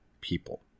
people